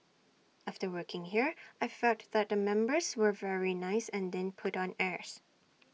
after working here I felt that the members were very nice and didn't put on airs